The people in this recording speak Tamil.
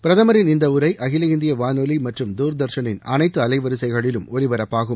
பிரதமரின் இந்த உரை அகில இந்திய வானொலி மற்றும் தூர்தர்ஷனின் அனைத்து அலைவரிசைகளிலும் ஒலிபரப்பாகும்